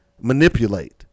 manipulate